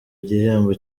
igihembo